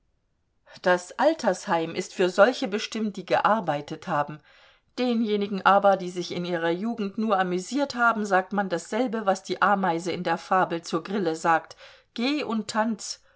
das altersheim ist für solche bestimmt die gearbeitet haben denjenigen aber die sich in ihrer jugend nur amüsiert haben sagt man dasselbe was die ameise in der fabel zur grille sagt geh und tanz